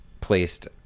placed